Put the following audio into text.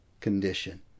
condition